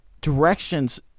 directions